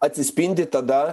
atsispindi tada